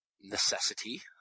necessity